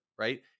right